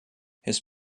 his